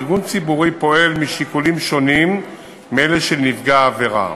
ארגון ציבורי פועל משיקולים שונים מאלה של נפגע העבירה.